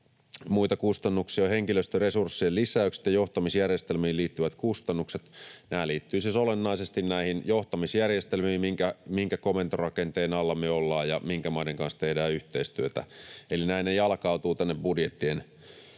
Muita kustannuksia ovat henkilöstöresurssien lisäykset ja johtamisjärjestelmiin liittyvät kustannukset. Nämä liittyvät siis olennaisesti johtamisjärjestelmiin — minkä komentorakenteen alla me ollaan, ja minkä maiden kanssa tehdään yhteistyötä. Eli näin ne jalkautuvat tänne budjettien